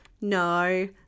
No